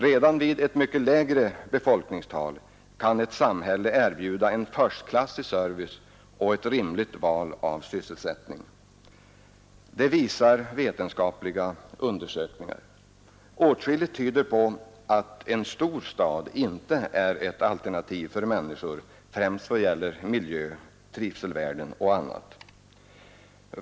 Redan vid ett mycket lägre befolkningstal kan ett samhälle erbjuda förstklassig service och ett rimligt val av sysselsättning; det visar vetenskapliga undersökningar. Åtskilligt tyder på att en stor stad inte är ett alternativ för människor främst då det gäller miljö, trivselvärden och annat.